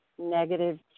negative